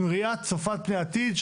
עם ראייה צופה פני עתיד,